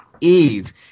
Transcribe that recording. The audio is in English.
Eve